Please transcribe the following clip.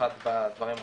במיוחד בדברים החקלאיים.